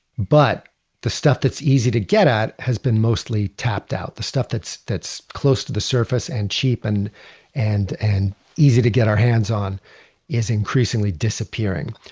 but the stuff that's easy to get out has been mostly tapped out. the stuff that's that's close to the surface and cheap and and and easy to get our hands on is increasingly disappearing.